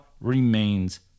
remains